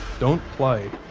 don't play.